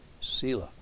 Selah